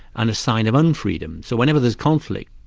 and a sign of un-freedom. so whenever there's conflict,